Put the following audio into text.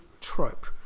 trope